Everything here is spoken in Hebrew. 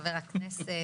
חבר הכנסת,